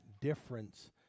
difference